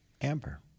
Amber